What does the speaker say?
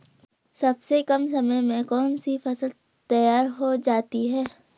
सबसे कम समय में कौन सी फसल तैयार हो जाती है?